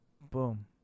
Boom